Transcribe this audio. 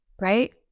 right